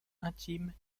intime